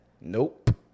Nope